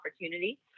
opportunity